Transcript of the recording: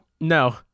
no